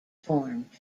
formed